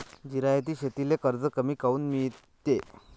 जिरायती शेतीले कर्ज कमी काऊन मिळते?